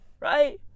Right